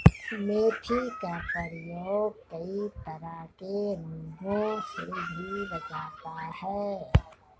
मेथी का प्रयोग कई तरह के रोगों से भी बचाता है